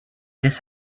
this